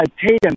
Tatum